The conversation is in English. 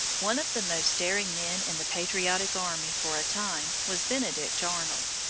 one of the most daring men in the patriotic army for a time was benedict arnold.